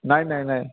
নাই নাই নাই